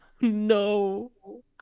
No